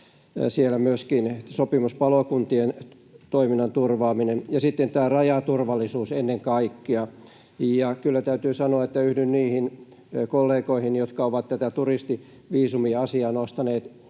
siellä myöskin sopimuspalokuntien toiminnan turvaaminen ja sitten tämä rajaturvallisuus ennen kaikkea. Kyllä täytyy sanoa, että yhdyn niihin kollegoihin, jotka ovat tätä turistiviisumiasiaa nostaneet